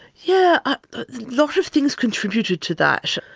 yeah a lot of things contributed to that.